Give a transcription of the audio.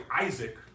Isaac